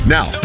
Now